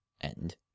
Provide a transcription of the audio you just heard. end